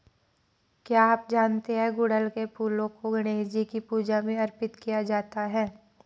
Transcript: क्या आप जानते है गुड़हल के फूलों को गणेशजी की पूजा में अर्पित किया जाता है?